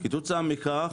כתוצאה מכך,